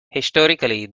historically